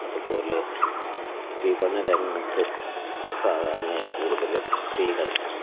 അതുപോലെ വിപണന രംഗത്ത് സാധാരണയായി കൂടുതലും സ്ത്രീകൾ